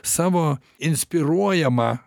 savo inspiruojamą